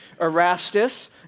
Erastus